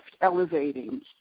elevating